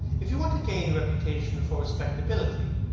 if you want to gain a reputation for respectability,